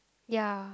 ya